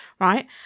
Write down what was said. Right